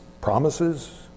promises